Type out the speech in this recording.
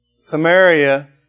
Samaria